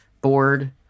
board